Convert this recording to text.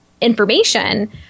information